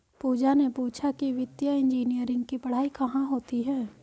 पूजा ने पूछा कि वित्तीय इंजीनियरिंग की पढ़ाई कहाँ होती है?